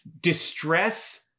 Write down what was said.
Distress